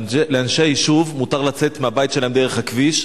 לאנשי היישוב מותר לצאת מהבית שלהם דרך הכביש,